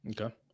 Okay